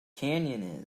canyon